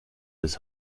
bis